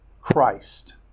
Christ